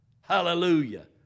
Hallelujah